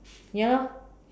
ya lor